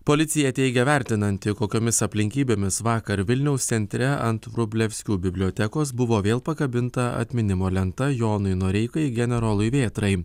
policija teigia vertinanti kokiomis aplinkybėmis vakar vilniaus centre ant vrublevskių bibliotekos buvo vėl pakabinta atminimo lenta jonui noreikai generolui vėtrai